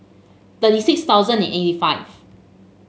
thirty six thousand and eighty five